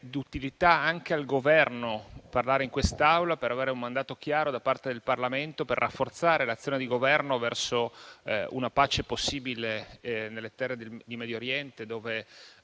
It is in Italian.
di utilità anche al Governo parlare in quest'Aula per avere un mandato chiaro da parte del Parlamento al fine di rafforzare l'azione di governo verso una pace possibile nelle terre del Medio Oriente, dove